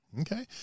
Okay